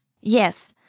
Yes